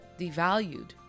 devalued